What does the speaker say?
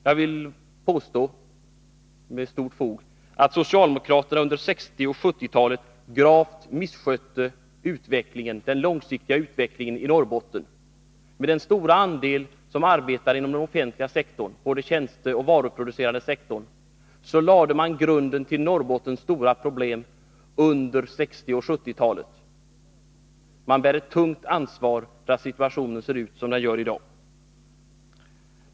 Jag vill påstå, med stort fog, att socialdemokraterna under 1960 och 1970-talen gravt misskötte den långsiktiga utvecklingen i Norrbotten. Med den stora andel som arbetar inom den offentliga sektorn, både den tjänsteoch den varuproducerande delen, lade man grunden till Norrbottens stora problem. Man bär ett tungt ansvar för att situationen ser ut som den gör i dag.